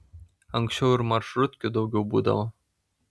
anksčiau ir maršrutkių daugiau būdavo